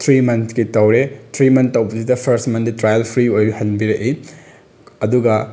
three ꯃꯟꯁꯀꯤ ꯇꯧꯔꯦ three month ꯇꯧꯕꯁꯤꯗ ꯐꯥꯔꯁ ꯃꯟꯗꯤ ꯇ꯭ꯔꯥꯏꯌꯦꯜ ꯐ꯭ꯔꯤ ꯑꯣꯏꯍꯟꯕꯤꯔꯛꯏ ꯑꯗꯨꯒ